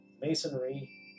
masonry